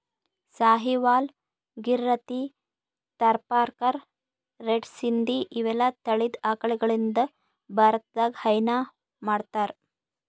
Sahiwal, Gir, Rathi, Tharparkar, red Sindhi ಇವೆಲ್ಲಾ ತಳಿದ್ ಆಕಳಗಳಿಂದ್ ಭಾರತದಾಗ್ ಹೈನಾ ಮಾಡ್ತಾರ್